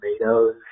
tomatoes